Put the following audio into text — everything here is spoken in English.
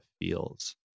feels